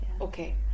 okay